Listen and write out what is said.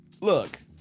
look